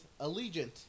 Allegiant